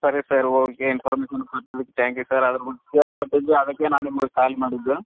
ಸರಿ sir okay information ಕೊಟ್ಟಿದಕ್ಕೆ thank you sir ಅದ್ರ ಬಗ್ಗೆ ಕೇಳಿಪಟ್ಟಿದ್ವಿ ಅದಕ್ಕೆ ನಾನು ನಿಮ್ಗೆ ಕಾಲ್ ಮಾಡಿದ್ದು